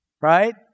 Right